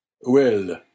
Well